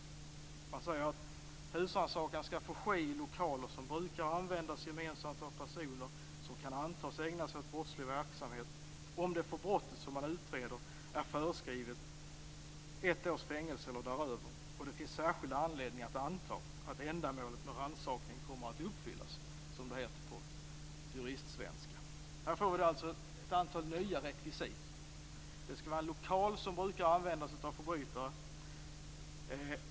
Man säger att husrannsakan skall få ske i lokaler som brukar användas gemensamt av personer som kan antas ägna sig åt brottslig verksamhet, om det för brottet som man utreder är föreskrivet ett års fängelse eller däröver och det finns särskild anledning att anta att ändamålet med rannsakning kommer att uppfyllas, som det heter på juristsvenska. Här får vi alltså ett antal nya rekvisit. Det skall vara en lokal som brukar användas av förbrytare.